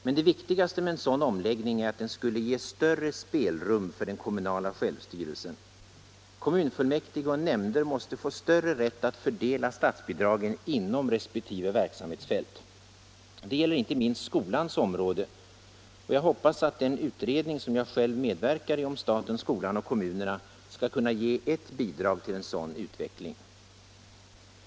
Men det viktigaste med en sådan omläggning är att den skulle ge större spelrum för den kommunala självstyrelsen. Kommunfullmäktige och nämnder måste få större rätt att fördela statsbidragen inom resp. verksamhetsfält. Detta gäller inte minst inom skolans område, och jag hoppas att den utredning som jag själv medverkar i — om staten, skolan och kommunerna — skall kunna ge ett bidrag till en sådan utveckling.